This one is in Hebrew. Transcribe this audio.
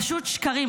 פשוט שקרים.